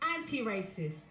anti-racist